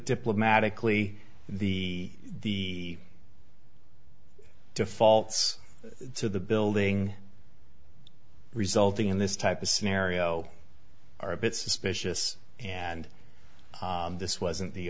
diplomatically the the defaults to the building resulting in this type of scenario are a bit suspicious and this wasn't the